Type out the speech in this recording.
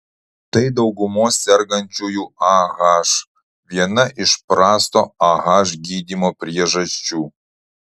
tai daugumos sergančiųjų ah viena iš prasto ah gydymo priežasčių